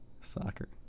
soccer